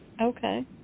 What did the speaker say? Okay